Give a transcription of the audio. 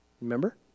Remember